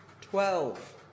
twelve